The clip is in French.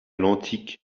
l’antique